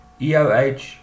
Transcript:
EOH